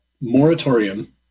moratorium